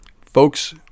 Folks